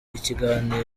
ikiganiro